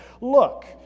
Look